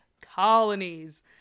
colonies